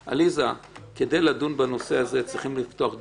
עליזה, כדי לדון בנושא הזה צריך לפתוח דיון.